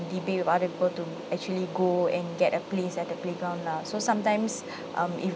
debate with other people to actually go and get a place at the playground lah so sometimes um if